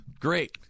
Great